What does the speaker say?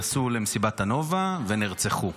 שנסעו למסיבת הנובה ונרצחו?